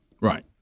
Right